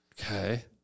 Okay